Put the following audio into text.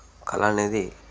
కళనేది